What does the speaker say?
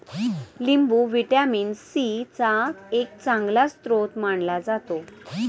लिंबू vitamin C चा एक चांगला स्रोत मानला जातो